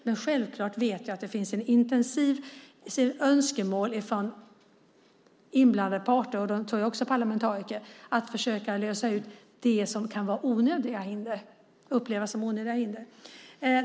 Men självklart vet jag att det finns ett intensivt önskemål från inblandade parter och jag tror också parlamentariker att försöka undanröja de hinder som kan upplevas som onödiga.